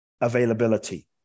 availability